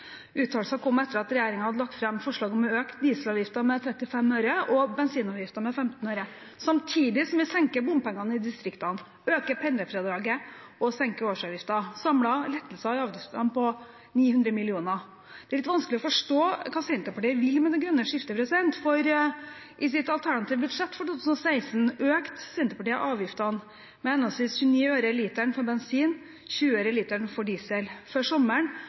Uttalelsen kom etter at regjeringen hadde lagt fram forslag om å øke dieselavgiften med 35 øre og bensinavgiften med 15 øre, samtidig som vi reduserer bompengene i distriktene, øker pendlerfradraget og senker årsavgiften, samlet lettelser i avgiftene på 900 mill. kr. Det er litt vanskelig å forstå hva Senterpartiet vil med det grønne skiftet, for i sitt alternative budsjett for 2016 økte Senterpartiet avgiftene med henholdsvis 29 øre per liter for bensin og 20 øre per liter for diesel. Før